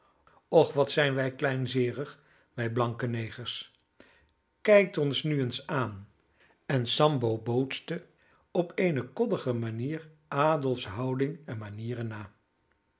och wat zijn wij kleinzeerig wij blanke negers kijkt ons nu eens aan en sambo bootste op eene koddige manier adolfs houding en manieren na